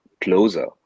closer